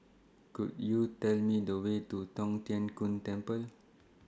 Could YOU Tell Me The Way to Tong Tien Kung Temple